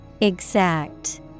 Exact